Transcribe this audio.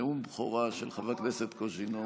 נאום הבכורה של חברי כנסת קוז'ינוב.